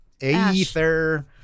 Aether